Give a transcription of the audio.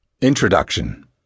Introduction